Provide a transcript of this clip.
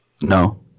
No